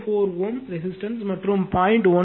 04 Ω ரெசிஸ்டன்ஸ்மற்றும் 0